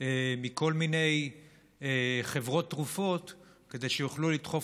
מכל מיני חברות תרופות כדי שיוכלו לדחוף